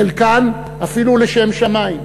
חלקן אפילו לשם שמים,